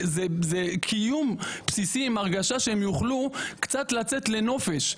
זה קיום בסיסי עם הרגשה שהם יוכלו קצת לצאת לנופש.